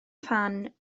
phan